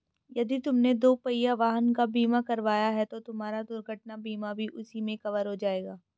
यदि तुमने दुपहिया वाहन का बीमा कराया है तो तुम्हारा दुर्घटना बीमा भी उसी में कवर हो जाएगा